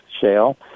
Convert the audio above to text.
shale